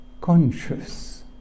conscious